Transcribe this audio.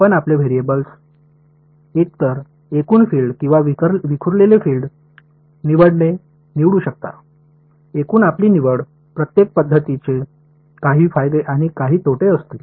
आपण आपले व्हेरिएबल्स एकतर एकूण फील्ड किंवा विखुरलेले फील्ड निवडणे निवडू शकता एकूण आपली निवड प्रत्येक पद्धतीचे काही फायदे आणि काही तोटे असतील